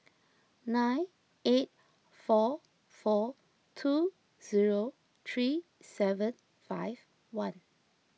nine eight four four two zero three seven five one